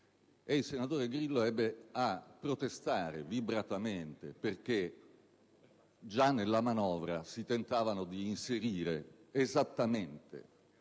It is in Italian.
il senatore Grillo ebbe a protestare vibratamente perché, già nella manovra, si tentavano di inserire esattamente